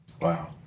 wow